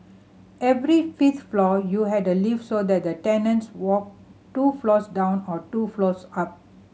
every fifth floor you had a lift so that the tenants walked two floors down or two floors up